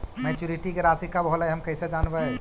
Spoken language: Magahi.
मैच्यूरिटी के रासि कब होलै हम कैसे जानबै?